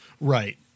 right